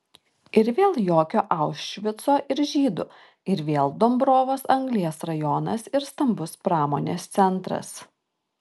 ir vėl jokio aušvico ir žydų ir vėl dombrovo anglies rajonas ir stambus pramonės centras